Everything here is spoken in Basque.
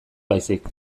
baizik